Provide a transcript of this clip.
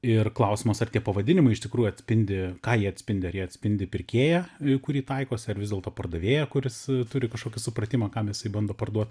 ir klausimas ar tie pavadinimai iš tikrųjų atspindi ką jie atspindi ar jie atspindi pirkėją į kurį taikosi ar vis dėlto pardavėją kuris turi kažkokį supratimą kam jisai bando parduot